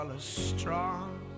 strong